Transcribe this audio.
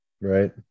Right